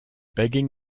begging